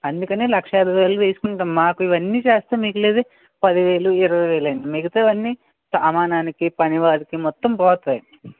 అందుకని లక్షా యాబై వేలు వేస్కుంటాం మాకివన్నీ చేస్తే మిగిలేది పది వేలు ఇరవై వేలండి మిగతావన్నీ సామానుకి పనివాళ్ళకి మొత్తం పోతాయి